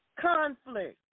conflict